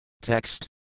Text